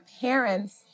parents